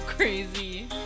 Crazy